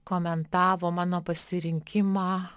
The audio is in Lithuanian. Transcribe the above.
komentavo mano pasirinkimą